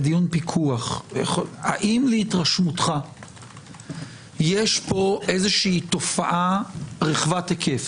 זה דיון פיקוח: האם להתרשמותך יש פה איזושהי תופעה רחבת היקף,